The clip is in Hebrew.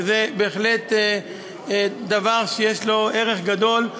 שזה בהחלט דבר שיש לו ערך גדול,